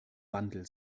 wandel